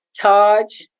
Taj